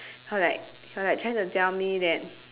he was like he was like trying to tell me that